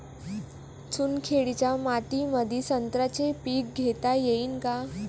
चुनखडीच्या मातीमंदी संत्र्याचे पीक घेता येईन का?